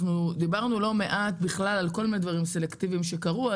ודיברנו לא מעט על כל מיני דברים סלקטיביים שקרו.